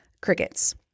Crickets